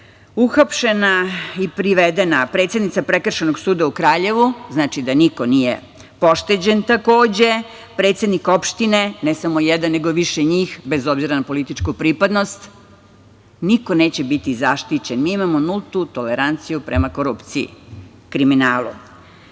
uhapšena i privedena predsednica Prekršajnog suda u Kraljevu, znači da niko nije pošteđen, takođe, predsednik opštine, ne samo jedan, nego više njih, bez obzira na političku pripadnost, niko neće biti zaštićen. Mi imamo nultu toleranciju prema korupciji i kriminalu. Gospođa